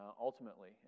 ultimately